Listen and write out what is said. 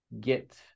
get